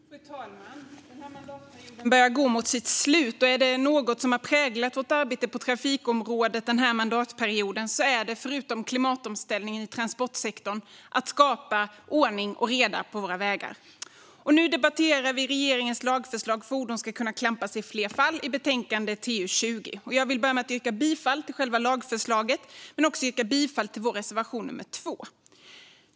Klampning av fordon Fru talman! Den här mandatperioden börjar gå mot sitt slut, och är det något som har präglat vårt arbete på trafikområdet den här mandatperioden är det, förutom klimatomställningen i transportsektorn, att skapa ordning och reda på våra vägar. Nu debatterar vi regeringens lagförslag Fordon ska kunna klampas i fler fall , betänkande TU20. Jag vill börja med att yrka bifall till själva lagförslaget. Jag yrkar också bifall till vår reservation 2.